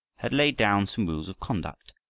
had laid down some rules of conduct,